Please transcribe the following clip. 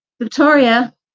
Victoria